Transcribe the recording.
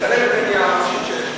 מצלם את,